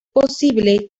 posible